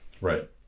Right